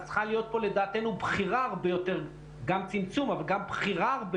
צריכה להיות פה לדעתנו הרבה יותר בחירה גם צמצום אבל גם בחירה הרבה